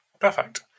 Perfect